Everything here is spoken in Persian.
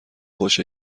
خوش